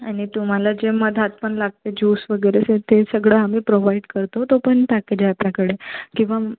आणि तुम्हाला जे मधात पण लागते ज्यूस वगैरे तर ते सगळं आम्ही प्रोवाइड करतो तो पण पॅकेज आहे आपल्याकडे किंवा